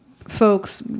Folks